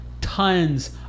tons